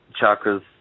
chakras